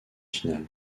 finale